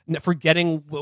forgetting